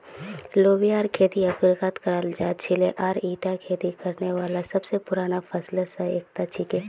लोबियार खेती अफ्रीकात कराल जा छिले आर ईटा खेती करने वाला सब स पुराना फसलत स एकता छिके